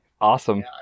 Awesome